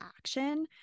action